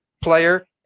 player